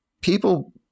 people